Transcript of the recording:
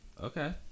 Okay